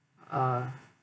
ah